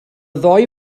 ddau